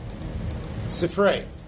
Sifrei